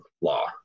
law